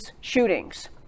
shootings